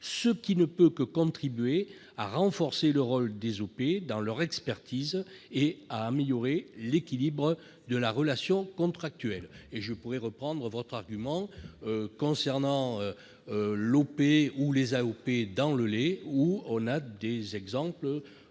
ce qui ne peut que contribuer à renforcer le rôle des OP dans leur expertise et à améliorer l'équilibre de la relation contractuelle. À cet égard, je pourrais reprendre votre argument concernant l'OP ou les AOP de la filière laitière.